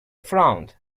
frowned